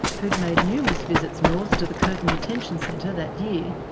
who had made numerous visits north to the curtin detention centre that year,